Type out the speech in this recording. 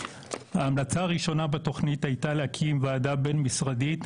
ההמלצה הראשונה בתוכנית הייתה להקים ועדה בין-משרדית,